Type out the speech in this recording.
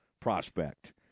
prospect